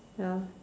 ya